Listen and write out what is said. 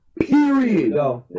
Period